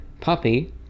puppy